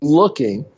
looking